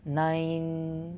nine